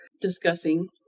discussing